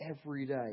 everyday